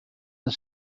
the